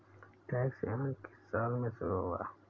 Tax haven किस साल में शुरू हुआ है?